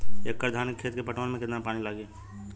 एक एकड़ धान के खेत के पटवन मे कितना पानी लागि?